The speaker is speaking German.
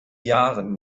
jahren